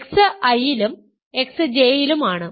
x I ലും x J ലും ആണ്